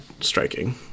striking